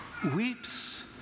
weeps